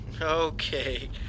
Okay